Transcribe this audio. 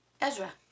Ezra